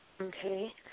Okay